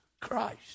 Christ